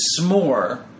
s'more